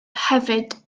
hefyd